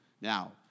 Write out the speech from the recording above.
Now